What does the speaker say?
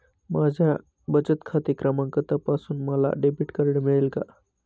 माझा बचत खाते क्रमांक तपासून मला डेबिट कार्ड मिळेल का?